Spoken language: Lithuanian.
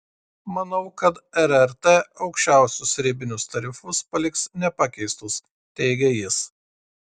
manau kad rrt aukščiausius ribinius tarifus paliks nepakeistus teigia jis